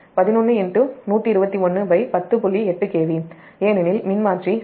8KVமாறும் ஏனெனில் மின்மாற்றி உண்மையில் 10